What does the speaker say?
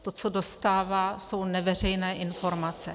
To, co dostává, jsou neveřejné informace.